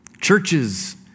churches